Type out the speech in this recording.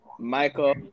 Michael